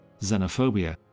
xenophobia